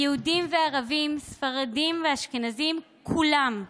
יהודים וערבים, ספרדים ואשכנזים, כולם.